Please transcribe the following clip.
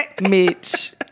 Mitch